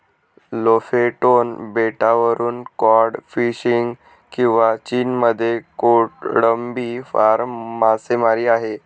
Lofoten बेटावरून cod fishing किंवा चीनमध्ये कोळंबी फार्म मासेमारी आहे